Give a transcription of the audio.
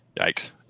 yikes